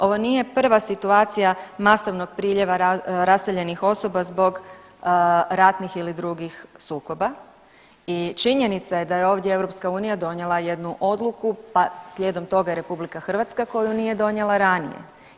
Ovo nije prva situacija masovnog priljeva raseljenih osoba zbog ratnih ili drugih sukoba i činjenica je da je ovdje EU donijela jednu odluku, pa slijedom toga i RH koju nije donijela ranije.